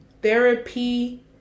Therapy